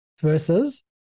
Versus